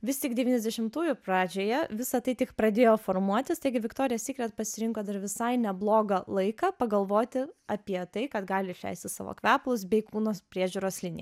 vis tik devyniasdešimtųjų pradžioje visa tai tik pradėjo formuotis taigi viktorija sykret pasirinko dar visai neblogą laiką pagalvoti apie tai kad gali išleisti savo kvepalus bei kūno priežiūros liniją